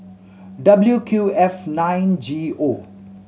W Q F nine G O